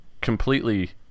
completely